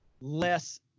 less